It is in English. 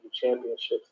championships